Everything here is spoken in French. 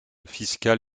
fiscal